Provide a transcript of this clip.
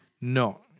No